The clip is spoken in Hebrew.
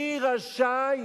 מי רשאי